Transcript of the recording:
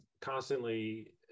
constantly